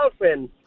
girlfriend